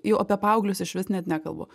jau apie paauglius išvis net nekalbu